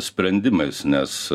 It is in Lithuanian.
sprendimais nes